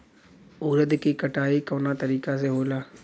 उरद के कटाई कवना तरीका से होला?